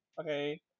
Okay